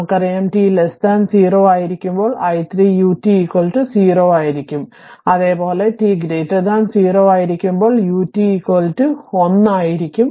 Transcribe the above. നമുക്കറിയാം t 0 ആയിരിക്കുമ്പോൾ i3ut 0 ആയിരിക്കും അതേ പോലെ t 0 ആയിരിക്കുമ്പോൾ ut 1 ആയിരിക്കും